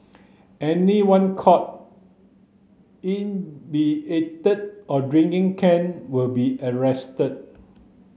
anyone caught or drinking can will be arrested